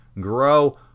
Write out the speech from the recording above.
grow